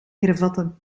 hervatten